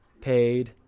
paid